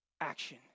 action